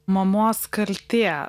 mamos kaltė